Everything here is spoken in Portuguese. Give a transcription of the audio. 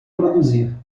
produzir